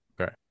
Okay